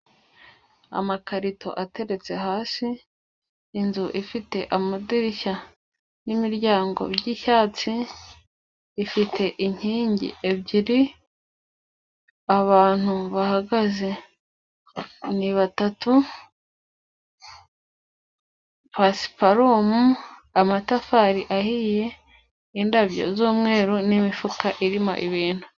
Amakarito ateretse hasi, inzu ifite amadirishya n'imiryango by'icyatsi, ifite inkingi ebyiri, abantu bahagaze ni batatu, pasiparume, amatafari ahiye, indabyo z'umweru n'imifuka irimo ibintu.